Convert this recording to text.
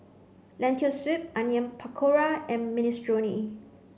lentil soup Onion Pakora and Minestrone